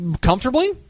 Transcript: comfortably